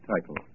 title